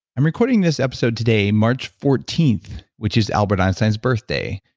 i'm recording this episode today, march fourteenth, which is albert einstein's birthday.